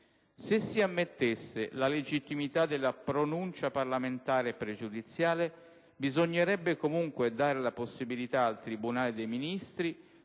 Se si ammettesse la legittimità della pronuncia parlamentare pregiudiziale bisognerebbe comunque dare la possibilità al tribunale dei ministri